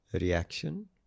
reaction